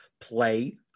play